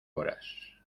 horas